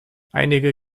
einige